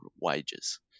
wages